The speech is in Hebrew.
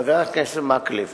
חבר הכנסת מקלב,